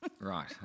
Right